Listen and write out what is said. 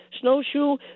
snowshoe